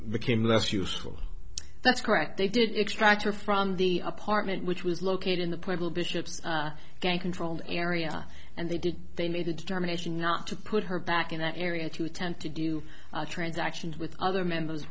became less useful that's correct they did extract her from the apartment which was located in the portal bishops gang controlled area and they did they made a determination not to put her back in the area to attempt to do transactions with other members